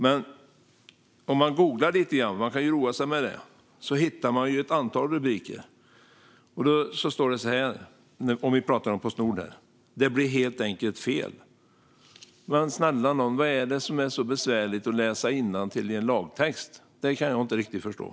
Man kan roa sig med att googla lite grann. Då hittar man ett antal rubriker. Vi pratar här om Postnord. Det står: "Det blev helt enkelt fel". Men snälla någon, vad är det som är så besvärligt med att läsa innantill i en lagtext? Det kan jag inte riktigt förstå.